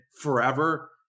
forever